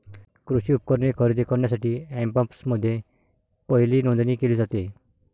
कृषी उपकरणे खरेदी करण्यासाठी अँपप्समध्ये पहिली नोंदणी केली जाते